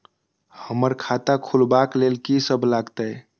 हमरा खाता खुलाबक लेल की सब लागतै?